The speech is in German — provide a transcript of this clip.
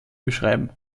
beschreiben